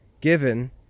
given